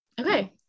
Okay